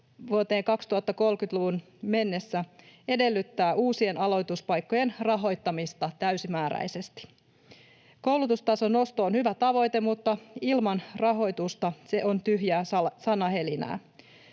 vuoteen 2030-luvun mennessä edellyttää uusien aloituspaikkojen rahoittamista täysimääräisesti. Koulutustason nosto on hyvä tavoite, mutta ilman rahoitusta se on tyhjää sanahelinää.